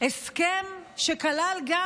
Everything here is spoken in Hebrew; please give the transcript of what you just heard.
הסכם שכלל גם